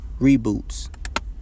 reboots